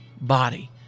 body